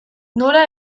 nora